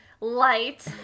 light